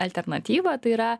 alternatyvą tai yra